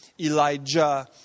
Elijah